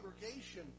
congregation